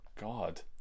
God